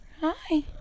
Hi